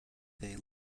day